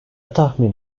tahmin